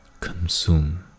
Consume